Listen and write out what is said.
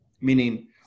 meaning